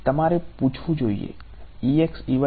તમારે પૂછવું જોઈએ